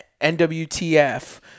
NWTF